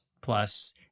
plus